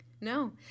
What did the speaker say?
no